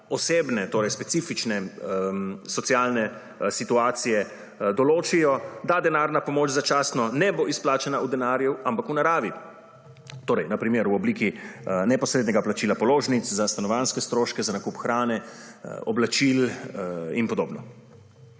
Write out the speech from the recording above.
osebne, torej specifične socialne situacije določijo, da denarna pomoč začasno ne bo izplačana v denarju, ampak v naravi, torej na primeru, v obliki neposrednega plačila položnic za stanovanjske stroške, za nakup hrane, oblačil in podobno.